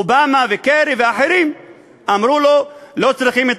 אובמה וקרי ואחרים אמרו לו: לא צריך את